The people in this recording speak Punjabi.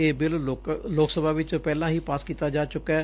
ਇਹ ਬਿਲ ਲੋਕ ਸਭਾ ਵਿਚ ਪਹਿਲਾਂ ਹੀ ਪਾਸ ਕੀਤਾ ਜਾ ਚੁੱਕੈ